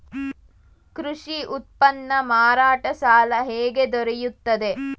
ಕೃಷಿ ಉತ್ಪನ್ನ ಮಾರಾಟ ಸಾಲ ಹೇಗೆ ದೊರೆಯುತ್ತದೆ?